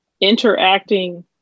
interacting